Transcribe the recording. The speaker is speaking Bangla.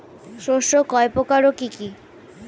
শস্য কয় প্রকার কি কি?